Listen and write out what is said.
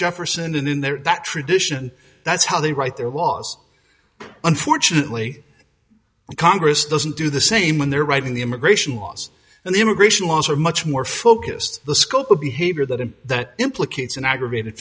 jefferson in there that tradition that's how they write their laws unfortunately congress doesn't do the same when they're writing the immigration laws and the immigration laws are much more focused the scope of behavior that and that implicates an aggravated